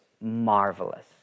marvelous